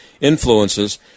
Influences